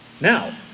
Now